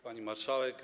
Pani Marszałek!